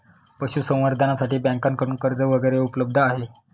पशुसंवर्धनासाठी बँकांकडून कर्ज वगैरेही उपलब्ध आहे